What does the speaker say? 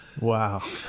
Wow